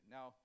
Now